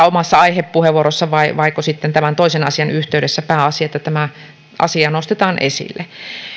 omassa aihepuheenvuorossa vaiko vaiko sitten tämän toisen asian yhteydessä pääasia että tämä asia nostetaan esille